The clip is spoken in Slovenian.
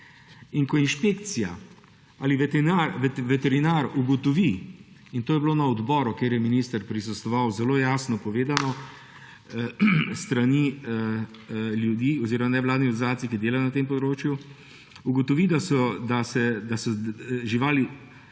In ko inšpekcija ali veterinar ugotovi – in to je bilo na odboru, kjer je minister prisostvoval, zelo jasno povedano s strani ljudi oziroma nevladnih organizacij, ki delajo na tem področju – da so živali